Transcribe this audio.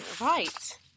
right